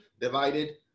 divided